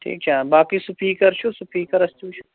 ٹھیٖک چھا باقٕے سُپیٖکَر چھُ سُپیٖکرَس تہِ وُچھ